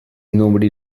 nobody